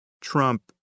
Trump